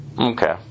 Okay